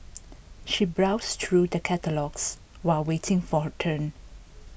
she browsed through the catalogues while waiting for her turn